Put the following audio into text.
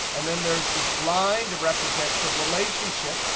and then there's this line to represent the relationship,